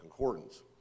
Concordance